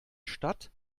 statt